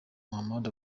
mohammed